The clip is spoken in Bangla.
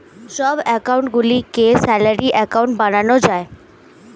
সব অ্যাকাউন্ট গুলিকে স্যালারি অ্যাকাউন্ট বানানো যায়